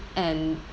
and